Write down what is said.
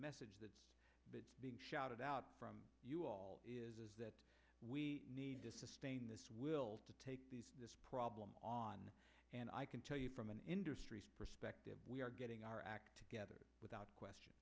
message that's being shouted out from you all is that we we need to sustain this will to take these this problem on and i can tell you from an industry's perspective we are getting our act together without question